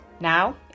Now